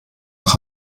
nach